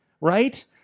right